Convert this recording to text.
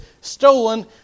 stolen